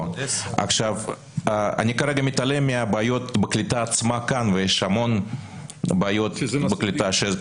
אני כרגע מתעלם מהבעיות בקליטה עצמה כאן ויש המון בעיות בקליטה,